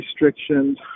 restrictions